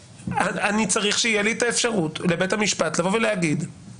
אני צריך שתהיה לי אפשרות לבוא ולהגיד לבית המשפט: